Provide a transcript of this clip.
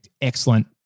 excellent